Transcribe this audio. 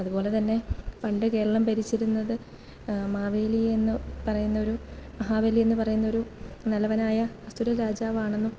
അതുപോലെതന്നെ പണ്ട് കേരളം ഭരിച്ചിരുന്നത് മാവേലി എന്ന് പറയുന്നൊരു മഹാബലി എന്ന് പറയുന്നൊരു നല്ലവനായ അസുര രാജാവാണെന്നും